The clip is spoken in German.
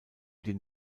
den